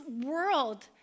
world